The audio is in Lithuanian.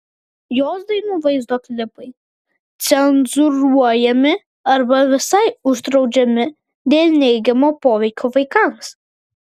jos dainų vaizdo klipai cenzūruojami arba visai uždraudžiami dėl neigiamo poveikio vaikams